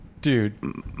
Dude